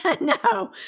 no